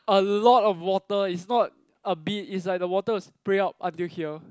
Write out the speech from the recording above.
a lot of water is not a bit is like the water spray will out until here